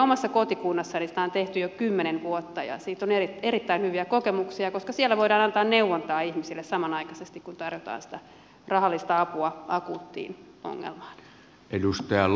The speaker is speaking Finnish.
omassa kotikunnassani sitä on tehty jo kymmenen vuotta ja siitä on erittäin hyviä kokemuksia koska siellä voidaan antaa neuvontaa ihmisille samanaikaisesti kun tarjotaan sitä rahallista apua akuuttiin ongelmaan